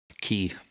Key